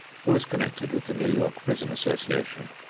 who was connected with the new york prison association.